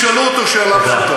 זה פשוט לא, תשאלו אותו שאלה פשוטה.